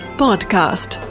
podcast